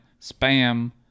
spam